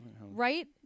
Right